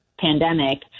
pandemic